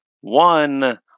one